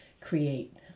create